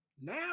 Now